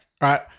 right